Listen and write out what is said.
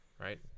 right